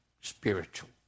spiritual